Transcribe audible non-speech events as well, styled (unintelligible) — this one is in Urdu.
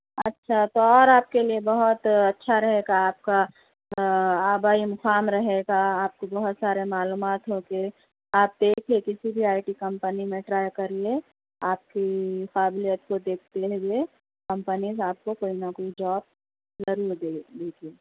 اچھا تو اور آپ کے لیے بہت اچھا رہے گا آپ کا آبائی مقام رہے گا آپ کے بہت سارے معلومات ہوتی آپ (unintelligible) کسی بھی آئی ٹی کمپنی میں ٹرائی کریئے آپ کی قابلیت کو دیکھتے ہوئے کمپنیز آپ کو کوئی نہ کوئی جاب ضرور دے گی جی